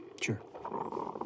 Sure